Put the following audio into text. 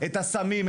את הסמים,